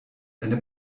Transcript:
eine